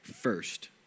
first